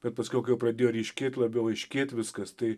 bet paskiau kai pradėjo ryškėt labiau aiškėt viskas tai